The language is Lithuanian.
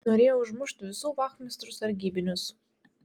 norėjo užmušt visų vachmistrų sargybinius